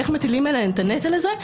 איך מטילים עליהן את הנטל הזה.